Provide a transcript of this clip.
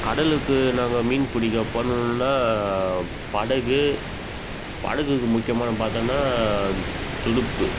கடலுக்கு நாங்கள் மீன்பிடிக்க போனோன்னால் படகு படகுக்கு முக்கியமாக நம்ம பார்த்தோன்னா துடுப்பு